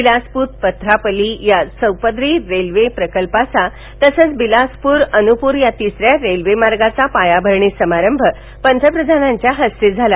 बिलासपूर पथरापली या चौपदरी रस्ते प्रकल्पाचा तसंच बिलासपूर अनुपूर या तिसऱ्या रेल्वेमार्गाचा पायाभरणी समारंभ पंतप्रधानांच्या हस्ते झाला